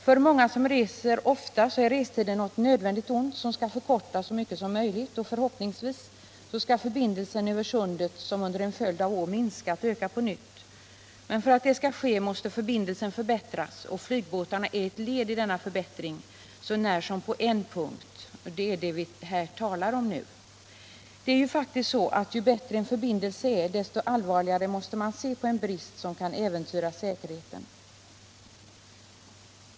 För många som reser ofta är restiden något nödvändigt ont, som skall förkortas så mycket som möjligt. Förhoppningsvis skall resandeströmmen över Sundet, som under en följd av år har minskat, öka på nytt. För att det skall ske måste förbindelsen förbättras, och flygbåtarna är ett led i denna förb :ttring så när som på en punkt, nämligen den som vi här talar om. Det är faktiskt så att ju bättre en förbindelse är, desto allvarligare måste man se på en brist som kan äventyra säkerheten.